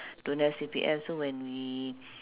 don't have C_P_F so when we